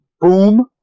boom